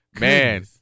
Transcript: Man